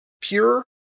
pure